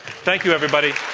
thank you, everybody.